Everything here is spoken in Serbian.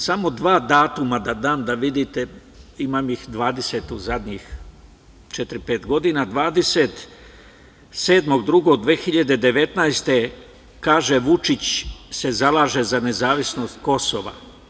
Samo dva datuma da dam da vidite, imam ih 20 u zadnjih četiri, pet godina, 27. februara 2019. godine, kaže – Vučić se zalaže za nezavisnost Kosova.